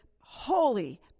holy